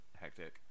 hectic